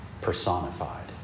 personified